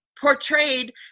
portrayed